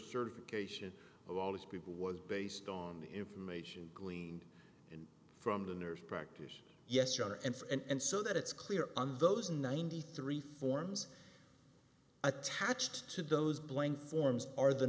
certification of all these people was based on information gleaned from the nurse practitioner yes your honor and and so that it's clear on those ninety three forms attached to those blank forms are the